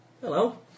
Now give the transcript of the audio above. hello